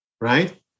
right